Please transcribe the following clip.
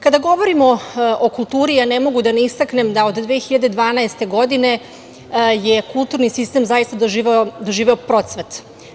Kada govorimo o kulturi ne mogu da ne istaknem da od 2012. godine je kulturni sistem zaista doživeo procvat.